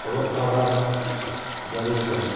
ᱚᱞᱚᱜ ᱯᱟᱲᱦᱟᱣ ᱡᱟᱹᱨᱩᱲ ᱠᱟᱱᱟ